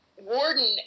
warden